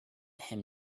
him